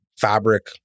fabric